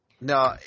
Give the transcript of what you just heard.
No